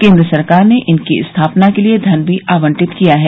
केंद्र सरकार ने इनकी स्थापना के लिए धन भी आवंटित किया है